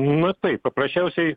na taip paprasčiausiai